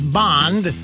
bond